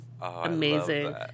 amazing